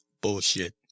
Bullshit